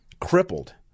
crippled